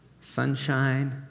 sunshine